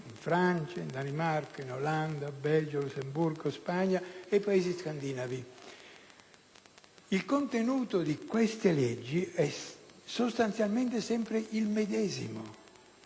in Francia, in Danimarca, in Olanda, in Belgio, in Lussemburgo, in Spagna e nei Paesi scandinavi. Il contenuto di queste leggi è sostanzialmente sempre il medesimo,